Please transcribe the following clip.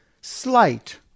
slight